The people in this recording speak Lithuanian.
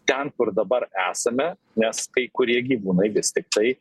ten kur dabar esame nes kai kurie gyvūnai vis tiktai